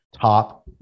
top